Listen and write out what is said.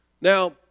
Now